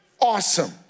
Awesome